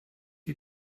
die